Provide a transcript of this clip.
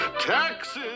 taxes